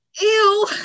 ew